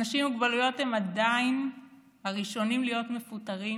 אנשים עם מוגבלויות הם עדיין הראשונים להיות מפוטרים